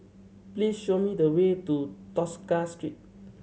please show me the way to Tosca Street